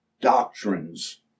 doctrines